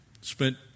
spent